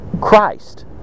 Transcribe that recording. Christ